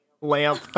Lamp